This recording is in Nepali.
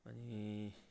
अनि